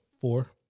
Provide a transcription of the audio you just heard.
four